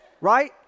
Right